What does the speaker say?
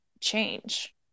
change